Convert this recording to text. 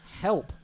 help